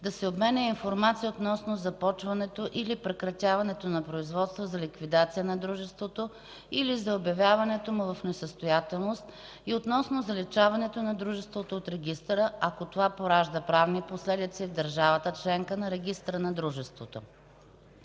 да се обменя информация относно започването или прекратяването на производство за ликвидация на дружеството или за обявяването му в несъстоятелност и относно заличаването на дружеството от регистъра, ако това поражда правни последици в държавата членка на регистъра на дружеството.